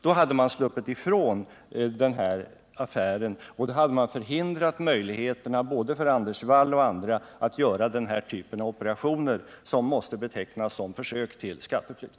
Då hade vi sluppit ifrån den här affären, och då hade vi förhindrat både Anders Wall och andra att göra den här typen av operationer, som måste betecknas som försök till skatteflykt.